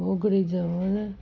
मोगिरे जा वण